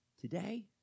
Today